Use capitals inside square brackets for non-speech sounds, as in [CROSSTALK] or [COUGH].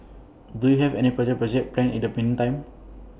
do you have any [UNINTELLIGIBLE] projects planned in the meantime